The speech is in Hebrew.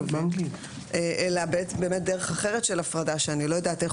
כלובים אלא באמת דרך אחרת של הפרדה שאני לא יודעת איך